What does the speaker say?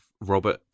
Robert